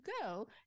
go